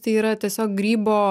tai yra tiesiog grybo